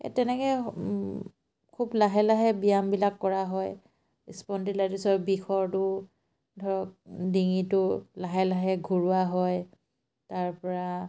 তেনেকৈ খুব লাহে লাহে ব্যায়ামবিলাক কৰা হয় স্পণ্ডেলাইটিছৰ বিষৰটো ধৰক ডিঙিটো লাহে লাহে ঘূৰোৱা হয় তাৰ পৰা